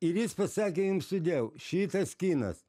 ir jis pasakė jums sudiev šitas kinas